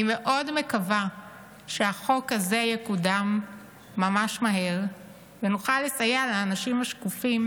אני מאוד מקווה שהחוק הזה יקודם ממש מהר ונוכל לסייע לאנשים השקופים